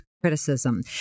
criticism